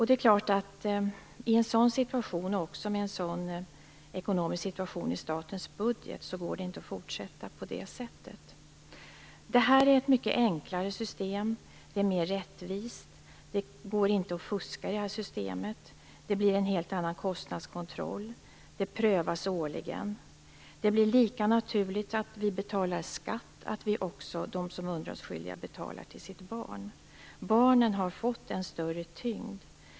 Det är klart att med en så dålig ekonomisk situation när det gäller statens budget går det inte att fortsätta på det sättet. Det nya systemet är mycket enklare. Det är mera rättvist. Det går inte att fuska i detta system. Det blir en helt annan kostnadskontroll. Det skall göras en årlig prövning. Det är lika naturligt att de underhållsskyldiga betalar för sina barn som att man betalar skatt. Barnen har fått en större tyngd.